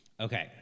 okay